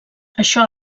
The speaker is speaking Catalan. això